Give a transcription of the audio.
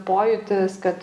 pojūtis kad